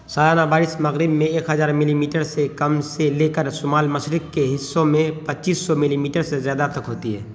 سالانہ بارش مغرب میں ایک ہزار ملیمیٹر سے کم سے لے کر شمال مشرق کے حصوں میں پچیس سو ملیمیٹر سے زیادہ تک ہوتی ہے